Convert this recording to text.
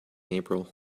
april